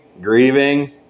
grieving